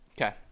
Okay